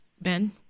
Ben